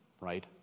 right